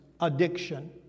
addiction